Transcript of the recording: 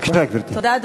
תודה.